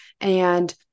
And-